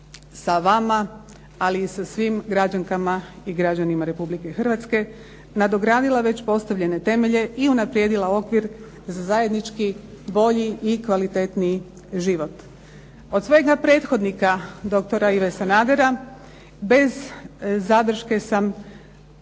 sa vama ali i sa svim građankama i građanima Republike Hrvatske nadogradila već postavljene temelje i unaprijedila okvir za zajednički, bolji i kvalitetniji život. Od svojega prethodnika doktora Ive Sanadera bez zadrške sam